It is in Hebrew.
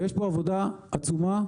יש פה עבודה עצומה,